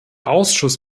ausschuss